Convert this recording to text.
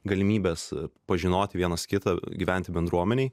galimybes pažinoti vienas kitą gyventi bendruomenėj